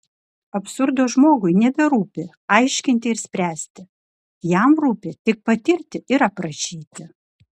absurdo žmogui neberūpi aiškinti ir spręsti jam rūpi tik patirti ir aprašyti